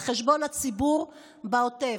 על חשבון הציבור בעוטף.